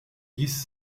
piece